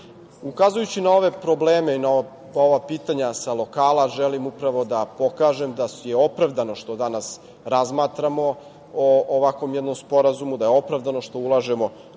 građana. Ukazujući na ove probleme i na ova pitanja sa lokala želim upravo da pokažem da je opravdano što danas razmatramo o ovakvom jednom sporazumu, da je opravdano što ulažemo